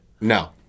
No